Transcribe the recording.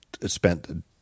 spent